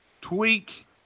tweak